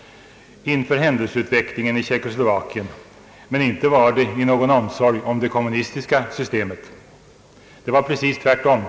— inför händelseutvecklingen i Tjeckoslovakien, men inte var det i någon omsorg om det kommunistiska systemet. Det var precis tvärtom.